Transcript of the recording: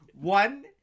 One